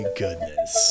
goodness